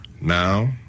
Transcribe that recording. Now